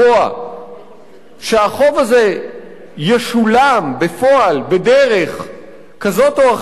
שהחוב הזה ישולם בפועל בדרך כזאת או אחרת,